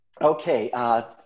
Okay